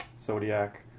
Zodiac